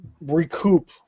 recoup